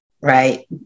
Right